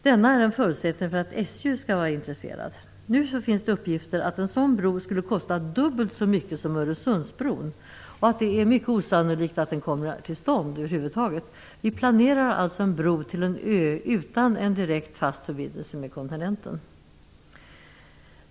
Denna är en förutsättning för att SJ skall vara intresserad. Nu finns det uppgifter om att en sådan bro skulle kosta dubbelt så mycket som Öresundsbron och att det är mycket osannolikt att den kommer till stånd över huvud taget. Vi planerar alltså en bro till en ö utan en direkt fast förbindelse med kontinenten.